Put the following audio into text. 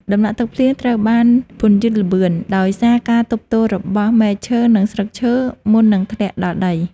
ដំណក់ទឹកភ្លៀងត្រូវបានពន្យឺតល្បឿនដោយសារការទប់ទល់របស់មែកឈើ និងស្លឹកឈើមុននឹងធ្លាក់ដល់ដី។